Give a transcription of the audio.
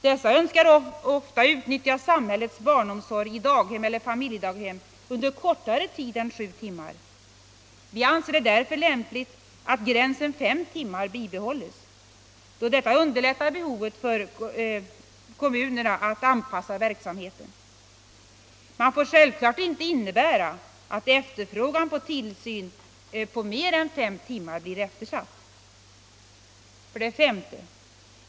De önskar ofta utnyttja samhällets barnomsorg i daghem eller i familjedaghem under kortare tid än sju timmar. Vi anser det lämpligt att gränsen fem timmar bibehålles, då detta underlättar för kommunerna att anpassa verksamheten efter behoven, men det får självfallet inte innebära att efterfrågan på tillsyn under mer än fem timmar eftersätts. 5.